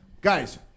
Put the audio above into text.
guys